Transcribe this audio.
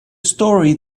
story